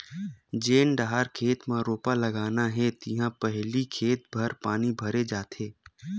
जेन डहर खेत म रोपा लगाना हे तिहा पहिली खेत भर पानी भरे जाथे